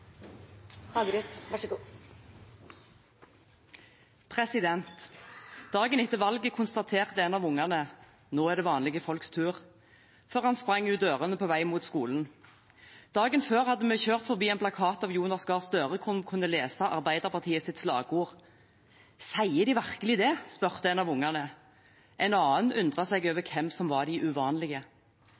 Dagen etter valget konstaterte en av ungene før han sprang ut dørene på vei mot skolen: «Nå er det vanlige folks tur.» Dagen før hadde vi kjørt forbi en plakat av Jonas Gahr Støre der vi kunne lese Arbeiderpartiets slagord. «Sier de virkelig det?» spurte en av ungene. En annen undret seg over hvem som var de uvanlige.